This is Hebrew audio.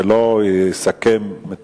כפי שאמרתי,